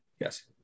yes